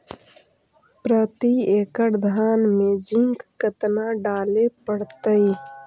प्रती एकड़ धान मे जिंक कतना डाले पड़ताई?